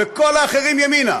וכל האחרים, ימינה.